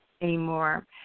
anymore